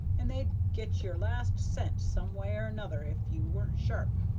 and they'd get your last cent some way or nother if ye weren't sharp.